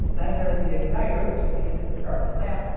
then there is the ignitor which is needed to start the lamp,